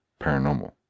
paranormal